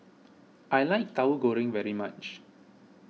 I like Tahu Goreng very much